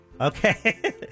Okay